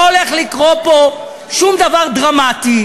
לא הולך לקרות פה שום דבר דרמטי.